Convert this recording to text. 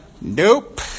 Nope